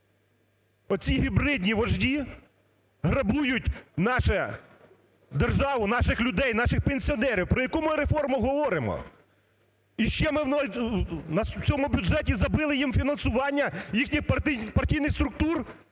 Оці гібридні вожді грабують нашу державу, наших людей і наших пенсіонерів. Про яку ми реформу говоримо? І ще ми в цьому бюджеті забили їм фінансування їхніх партійних структур?